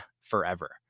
forever